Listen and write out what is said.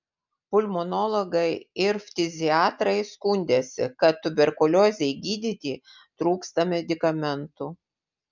pulmonologai ir ftiziatrai skundėsi kad tuberkuliozei gydyti trūksta medikamentų